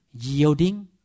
Yielding